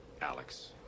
Alex